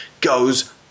goes